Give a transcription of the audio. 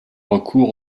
recours